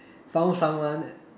found someone